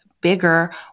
bigger